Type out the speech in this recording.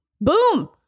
Boom